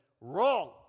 wrong